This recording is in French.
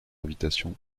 invitation